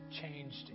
changed